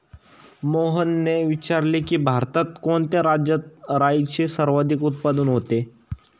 मोहनने विचारले की, भारतात कोणत्या राज्यात राईचे सर्वाधिक उत्पादन होते?